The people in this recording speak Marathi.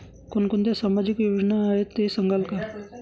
कोणकोणत्या सामाजिक योजना आहेत हे सांगाल का?